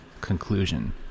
conclusion